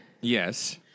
Yes